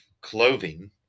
clothing